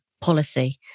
policy